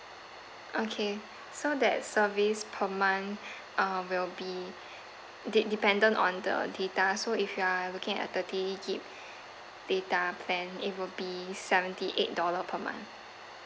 okay so that service per month uh will be de~ dependent on the data so if you are looking at thirty gig data plan it will be seventy eight dollar per month